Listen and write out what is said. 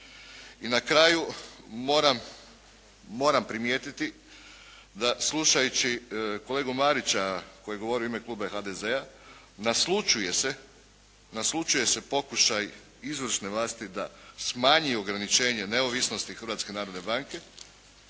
I na kraju moram primijetiti da slušajući kolegu Marića koji govori u ime Kluba HDZ-a naslućuje se, naslućuje se pokušaj izvršne vlasti da smanji ograničenje neovisnosti Hrvatske narodne banke,